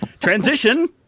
Transition